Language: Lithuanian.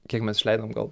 kiek mes išleidom gal